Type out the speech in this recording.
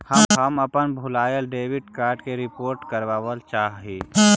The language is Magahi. हम अपन भूलायल डेबिट कार्ड के रिपोर्ट करावल चाह ही